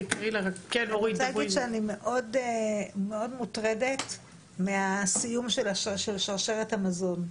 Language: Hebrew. רוצה להגיד שאני מאוד מוטרדת מהסיום של שרשרת המזון.